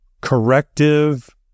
corrective